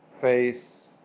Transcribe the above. face